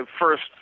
first